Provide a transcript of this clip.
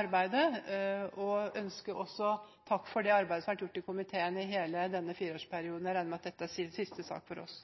arbeidet. Jeg ønsker også å takke for det arbeidet som er gjort i komiteen i hele denne fireårsperioden. Jeg regner med at dette er siste sak for oss.